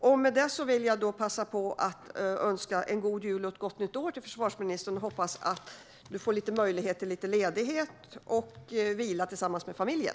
Jag vill också passa på att önska försvarsministern en god jul och ett gott nytt år. Jag hoppas att han kan få lite ledighet och vila tillsammans med familjen.